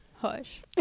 Hush